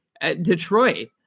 detroit